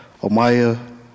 Amaya